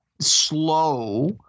slow